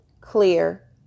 clear